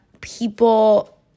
people